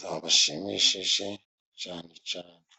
zabashimishije cyane cyane.